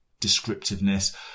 descriptiveness